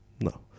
No